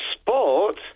Sport